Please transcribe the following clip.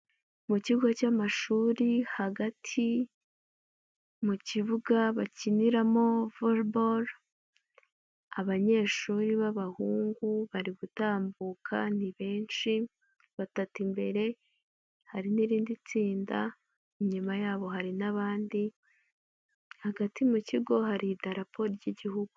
Mu kigo cy'amashuri hagati mu kibuga bakiniramo volleyball, abanyeshuri b'abahungu bari gutambuka ni benshi, batatu imbere, hari n'irindi tsinda inyuma yabo hari n'abandi, hagati mu kigo harida idarapo ry'igihugu.